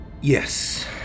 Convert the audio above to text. Yes